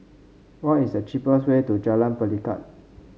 what is the cheapest way to Jalan Pelikat